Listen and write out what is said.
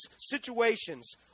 situations